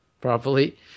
Properly